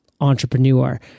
entrepreneur